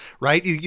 Right